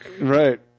right